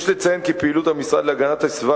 יש לציין כי פעילות המשרד להגנת הסביבה